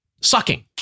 sucking